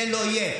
זה לא יהיה.